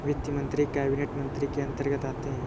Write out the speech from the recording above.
वित्त मंत्री कैबिनेट मंत्री के अंतर्गत आते है